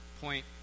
point